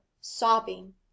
sobbing